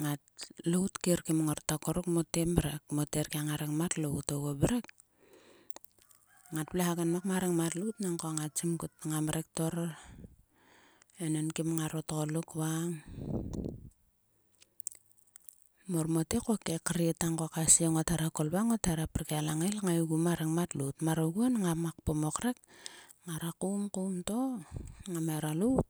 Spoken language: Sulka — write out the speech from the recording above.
ngat lout kiir kim ngor takor rukmote mrek. Mote erkieng a rengmat lout. Oguo mrek ngat vle hagenmok ma rengmat lout nangko ngat simkut ngam rekto. Enenkim ngaro tgoluk vang. Mar mote ko ke kre tang ko kesie ngot hera kol va ngot hera prik ma langail kngaigu ma rengmat lout. Mar oguon ngana kpom o krek. Ngara koum. koum to ngam hera lout.